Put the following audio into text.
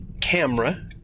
camera